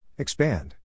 Expand